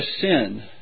sin